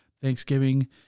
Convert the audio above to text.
Thanksgiving